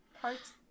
parts